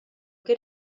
que